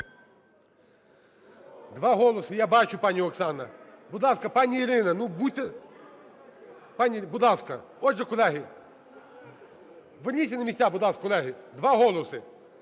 2 голоси. Я бачу, пані Оксана. Будь ласка, пані Ірино, ну, будьте... Пані... Будь ласка! Отже, колеги… Верніться на місця, будь ласка, колеги. 2 голоси.